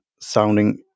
sounding